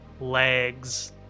legs